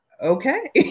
okay